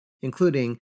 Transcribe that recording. including